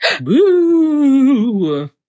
Boo